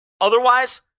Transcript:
Otherwise